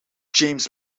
james